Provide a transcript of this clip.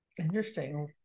Interesting